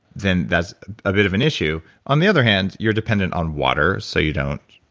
then that's a bit of an issue on the other hand, you're dependent on water so you don't.